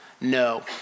no